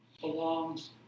belongs